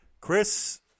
Chris